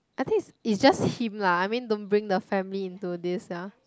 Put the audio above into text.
I think it's it's just him lah I mean don't bring the family into this sia